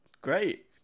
Great